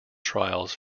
trials